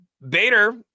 Bader